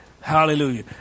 Hallelujah